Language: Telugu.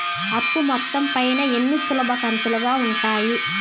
అప్పు మొత్తం పైన ఎన్ని సులభ కంతులుగా ఉంటాయి?